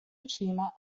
cima